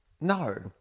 No